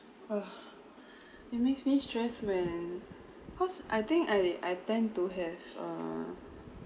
oh it makes me stress when because I think I I tend to have a